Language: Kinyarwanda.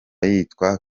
yitwa